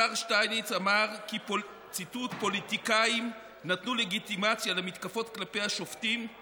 השר שטייניץ אמר: "פוליטיקאים נתנו לגיטימציה למתקפות כלפי השופטים";